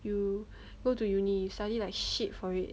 you go to uni suddenly like shit for it